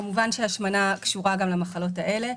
כמובן שהשמנה קשורה גם למחלות הללו.